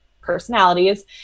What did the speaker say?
personalities